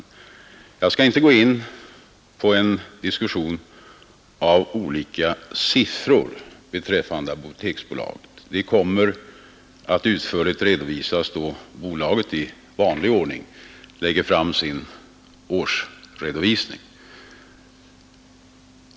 Jag skall inte gå in på en diskussion om olika siffror beträffande Apoteksbolaget. Dessa kommer att utförligt redovisas då bolaget i vanlig ordning lägger fram sin årsberättelse.